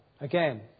again